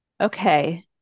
Okay